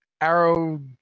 Arrow